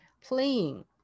playing